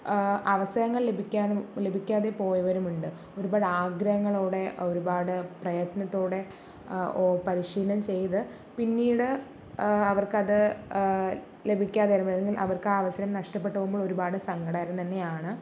അവസരങ്ങള് ലഭിക്കാനും ലഭിക്കാതെ പോയവരുമുണ്ട് ഒരുപാടാഗ്രഹങ്ങളോടെ ഒരുപാട് പ്രയത്നത്തോടെ ഓ പരിശീലനം ചെയ്ത് പിന്നീട് അവര്ക്കത് ലഭിക്കാതെ അല്ലെങ്കില് അവര്ക്കാ അവസരം നഷ്ട്ടപ്പെട്ടു പോവുമ്പോള് ഒരുപാട് സങ്കടകരം തന്നെയാണ്